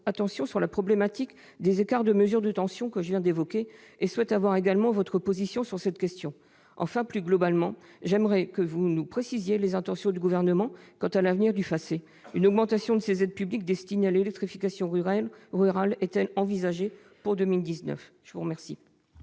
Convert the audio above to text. attention sur la problématique des écarts de mesure de tension que je viens d'évoquer, et souhaite également connaître votre position sur cette question. Enfin, plus globalement, pourriez-vous préciser les intentions du Gouvernement quant à l'avenir du FACÉ ? Une augmentation de cette aide publique à l'électrification rurale est-elle envisagée pour 2019 ? La parole